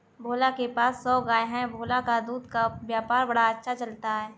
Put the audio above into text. भोला के पास सौ गाय है भोला का दूध का व्यापार बड़ा अच्छा चलता है